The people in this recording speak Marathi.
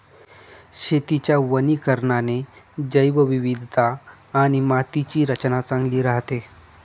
शेतीच्या वनीकरणाने जैवविविधता आणि मातीची रचना चांगली राहते